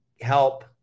help